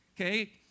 Okay